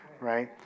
Right